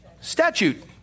Statute